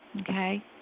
Okay